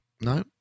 no